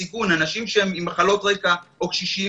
בסיכון אנשים עם מחלות רקע או קשישים,